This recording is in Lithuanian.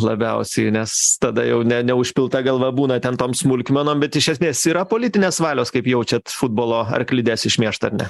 labiausiai nes tada jau ne neužpilta galva būna ten tom smulkmenom bet iš esmės yra politinės valios kaip jaučiat futbolo arklides išmėžt ane